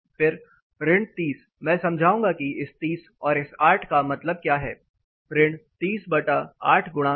फिर ऋण 30मैं समझाऊंगा कि इस 30 और इस 8 का मतलब क्या है ऋण 30 बटा 8 गुणा 100